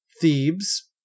Thebes